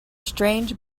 strange